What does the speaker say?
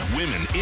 women